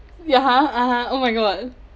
ya ha (uh huh) oh my god